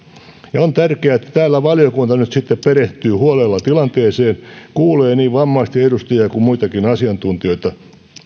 on tärkeää että täällä valiokunta nyt sitten perehtyy huolella tilanteeseen kuulee niin vammaisten edustajia kuin muitakin asiantuntijoita ja